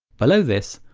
below this,